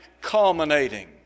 culminating